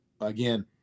again